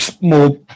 more